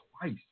twice